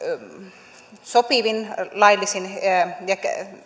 sopivin laillisin ja